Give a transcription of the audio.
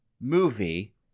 movie